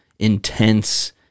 Intense